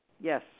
Yes